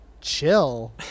chill